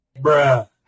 Bruh